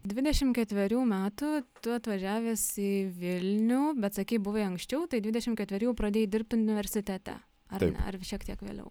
dvidešim ketverių metų tu atvažiavęs į vilnių bet sakei buvai anksčiau tai dvidešim ketverių jau pradėjai dirbti universitete ar ne ar šiek tiek vėliau